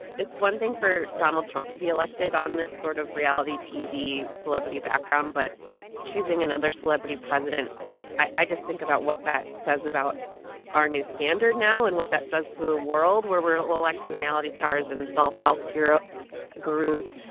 it's one thing for donald trump to be elected on this sort of reality tv celebrity background. but choosing another celebrity president i just think about what that says about our new standard now and what that says to the world, where we're electing reality stars and self-help ah gurus.